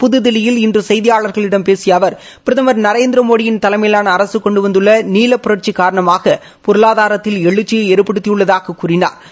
புத்தில்லியில் இன்று செய்தியாளாகளிடம் பேசிய அவா பிரதமா நரேந்திரமோடியின் தலைமையிலான அரசு கொண்டு வந்துள்ள நீல புரட்சி காரணமாக பொருளாதாரத்தில் எழுச்சியை ஏற்படுத்தியுள்ளதாகக் கூறினாா்